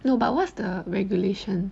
no but what's the regulation